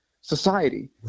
society